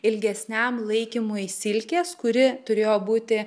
ilgesniam laikymui silkės kuri turėjo būti